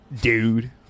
dude